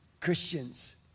Christians